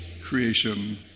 creation